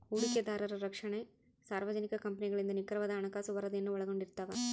ಹೂಡಿಕೆದಾರರ ರಕ್ಷಣೆ ಸಾರ್ವಜನಿಕ ಕಂಪನಿಗಳಿಂದ ನಿಖರವಾದ ಹಣಕಾಸು ವರದಿಯನ್ನು ಒಳಗೊಂಡಿರ್ತವ